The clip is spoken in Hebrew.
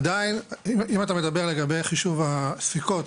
עדיין, אם אתה מדבר לגבי חישוב הספיקות